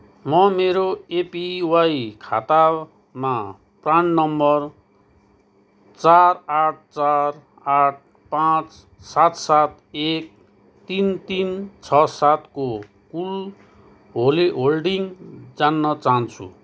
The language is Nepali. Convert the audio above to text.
म मेरो एपिवाई खातामा प्रान नम्बर चार आठ चार आठ पाँच सात सात एक तिन तिन छ सात को कुल होल्डिङ जान्न चाहन्छु